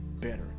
better